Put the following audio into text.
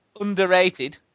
Underrated